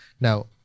Now